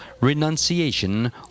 renunciation